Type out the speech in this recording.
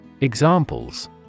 Examples